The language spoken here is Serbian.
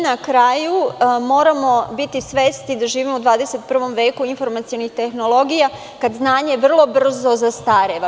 Na kraju, moramo biti svesni da živimo u 21. veku informacionih tehnologija, kad znanje vrlo brzo zastareva.